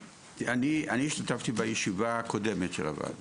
השתתפתי בישיבה הקודמת של הוועדה,